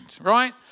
right